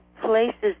places